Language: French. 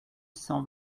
cent